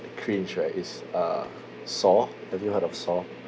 cringe right is uh saw have you heard of saw